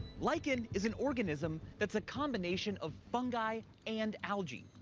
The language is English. lichen is an organism that's a combination of fungi and algae.